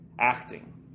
acting